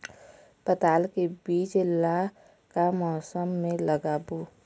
पताल के बीज ला का मौसम मे लगाबो?